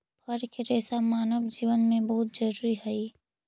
फल के रेसा मानव जीवन में बहुत जरूरी हई